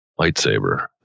lightsaber